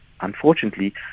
unfortunately